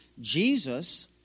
Jesus